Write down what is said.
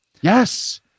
Yes